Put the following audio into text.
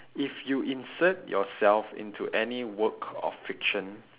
if you insert yourself into any work of fiction